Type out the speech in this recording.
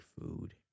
food